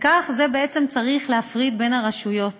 כך בעצם צריך להפריד בין הרשויות